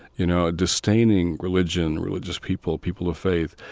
you know, distaining religion, religious people, people of faith.